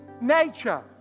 nature